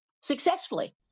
successfully